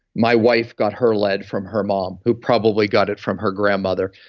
my wife got her lead from her mom, who probably got it from her grandmother,